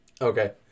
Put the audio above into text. Okay